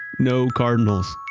no cardinals.